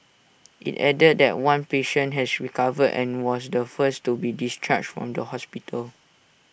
IT added that one patient has recovered and was the first to be discharged from the hospital